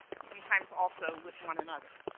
sometimes also with one another.